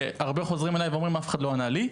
והרבה חוזרים אליי ואומרים: אף אחד לא ענה לי.